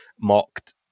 mocked